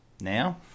now